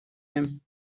him